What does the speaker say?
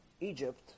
Egypt